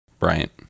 Right